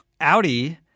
Audi